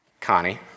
Connie